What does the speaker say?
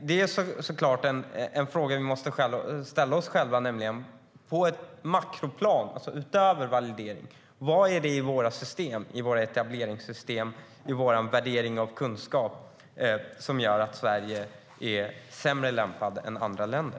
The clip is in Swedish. Det är så klart en fråga vi måste ställa oss själva: På ett makroplan, alltså utöver validering, vad är det i våra etableringssystem och i vår värdering av kunskap som gör att Sverige är sämre lämpat än andra länder?